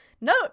no